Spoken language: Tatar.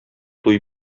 туй